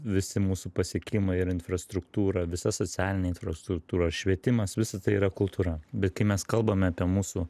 visi mūsų pasiekimai ir infrastruktūra visa socialinė infrastruktūra švietimas visa tai yra kultūra bet kai mes kalbame apie mūsų